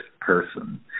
person